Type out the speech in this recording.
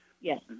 Yes